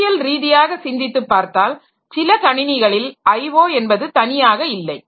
கருத்தியல் ரீதியாக சிந்தித்துப் பார்த்தால் சில கணினிகளில் IO என்பது தனியாக இல்லை